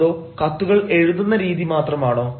അതോ കത്തുകൾ എഴുതുന്ന രീതി മാത്രമാണോ